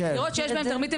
דירות שיש בהן טרמיטים